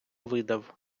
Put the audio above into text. видав